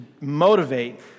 motivate